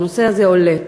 הנושא הזה עולה.